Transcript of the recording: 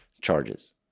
charges